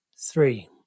three